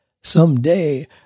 Someday